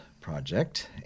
Project